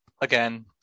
again